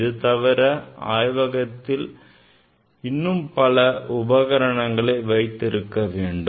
இதுதவிர ஆய்வகத்தில் இன்னும் பல உபகரணங்களை வைத்திருக்க வேண்டும்